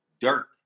Dirk